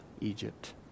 Egypt